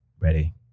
Ready